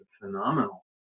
phenomenal